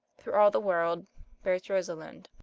through all the world bears rosalind.